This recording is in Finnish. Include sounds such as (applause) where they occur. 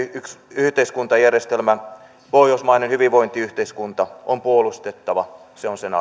yhteiskuntajärjestelmää pohjoismaista hyvinvointiyhteiskuntaa on puolustettava se on sen (unintelligible)